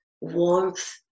warmth